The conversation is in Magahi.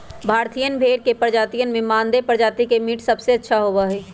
भारतीयन भेड़ के प्रजातियन में मानदेय प्रजाति के मीट सबसे अच्छा होबा हई